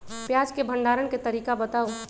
प्याज के भंडारण के तरीका बताऊ?